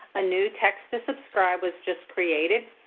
a new text to subscribe was just created,